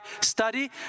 study